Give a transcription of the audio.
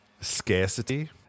scarcity